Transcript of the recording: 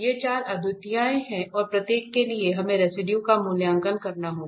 ये चार अद्वितीयताएं हैं और प्रत्येक के लिए हमें रेसिडुए का मूल्यांकन करना होगा